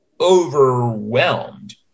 overwhelmed